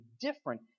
different